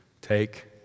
Take